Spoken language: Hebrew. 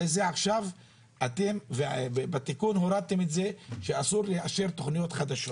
הרי עכשיו הורדתם בתיקון שאסור לאשר תכניות חדשות.